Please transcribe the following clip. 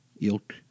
ilk